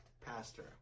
Pastor